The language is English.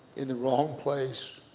in the wrong place,